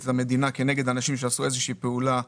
את המדינה כנגד אנשים שעשו איזושהי פעולה,